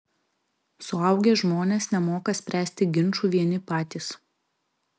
suaugę žmonės nemoka spręsti ginčų vieni patys